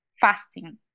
fasting